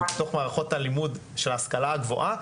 שהוא במערכות הלימוד של ההשכלה הגבוהה,